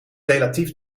relatief